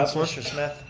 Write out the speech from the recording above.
ah mr. smith,